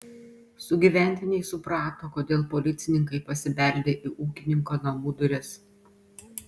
sugyventiniai suprato kodėl policininkai pasibeldė į ūkininko namų duris